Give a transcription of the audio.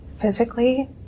physically